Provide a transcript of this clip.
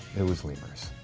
it was lemurs.